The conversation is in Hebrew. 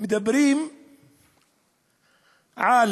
מדברים על